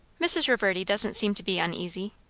mrs. reverdy doesn't seem to be uneasy.